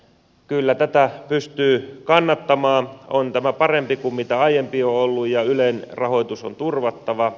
kyllä tätä pystyy kannattamaan on tämä parempi kuin aiempi on ollut ja ylen rahoitus on turvattava